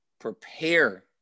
prepare